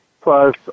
Plus